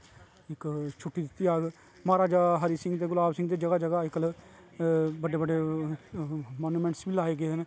छु्ट्टी दित्ती जाग महाराजा हरि सिंह दे जगह जगह अजकल बडे़ बडे़ मानोमेंन्ट बी लाए दे न